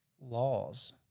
laws